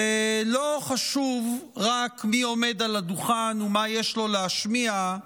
כי לא חשוב רק מי עומד על הדוכן ומה יש לו להשמיע,